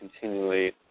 continually